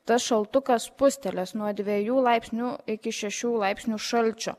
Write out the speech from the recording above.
tas šaltukas spustelės nuo dviejų laipsnių iki šešių laipsnių šalčio